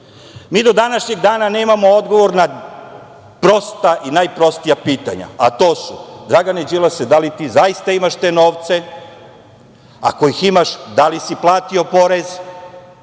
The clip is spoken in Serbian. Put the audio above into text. do današnjeg dana nemamo odgovor na prosta i najprostija pitanja, a to su - Dragane Đilase, da li ti zaista imaš te novce? Ako ih imaš, da li si platio porez?